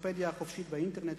האנציקלופדיה החופשית באינטרנט,